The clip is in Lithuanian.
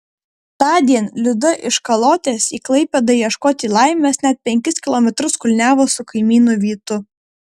tądien liuda iš kalotės į klaipėdą ieškoti laimės net penkis kilometrus kulniavo su kaimynu vytu